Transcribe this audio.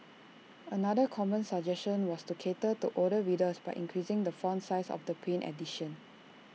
another common suggestion was to cater to older readers by increasing the font size of the print edition